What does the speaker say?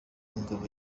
mugabo